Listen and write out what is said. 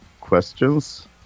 questions